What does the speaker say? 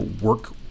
work